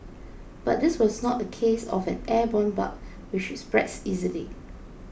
but this was not a case of an airborne bug which spreads easily